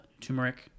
turmeric